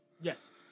Yes